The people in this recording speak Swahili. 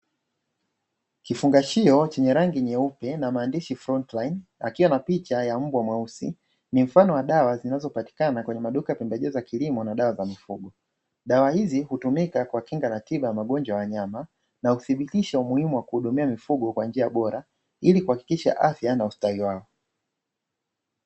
Kifungashio chenye rangi nyeupe na maandishi front line, akiwa na picha ya mbwa mweusi, ni mfano wa dawa zinazopatikana kwenye maduka pembejeo za kilimo na dawa za mifugo dawa hizi hutumika kwa kinga na tiba ya magonjwa ya wanyama na uthibitisho umuhimu wa kuhudumia mifugo kwa njia bora ili kuhakikisha afya na ustawi wao.